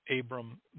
Abram